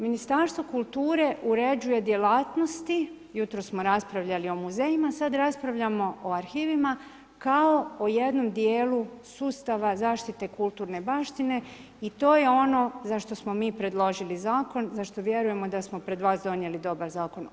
Ministarstvo kulture uređuje djelatnosti, jutros smo raspravljali o muzejima, sada raspravljamo o arhivima kao o jednom dijelu sustava zaštite kulturne baštine i to je ono zašto smo mi predložili zakon, zašto vjerujemo da smo pred vas donijeli dobar zakon.